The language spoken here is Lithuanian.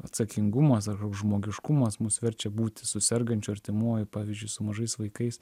atsakingumas ar žmogiškumas mus verčia būti su sergančiu artimuoju pavyzdžiui su mažais vaikais